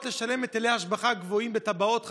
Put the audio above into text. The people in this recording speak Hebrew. לשלם היטלי השבחה גבוהים בתב"עות חדשות.